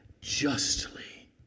justly